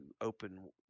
open